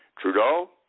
Trudeau